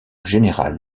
général